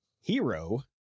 hero